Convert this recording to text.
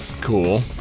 Cool